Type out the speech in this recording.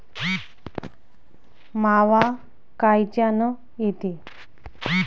मावा कायच्यानं येते?